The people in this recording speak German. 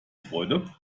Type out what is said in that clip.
freude